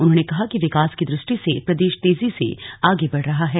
उन्होंने कहा कि विकास की दृष्टि से प्रदेश तेजी से आगे बढ़ रहा है